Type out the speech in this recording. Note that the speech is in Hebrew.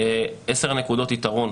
עשר נקודות יתרון,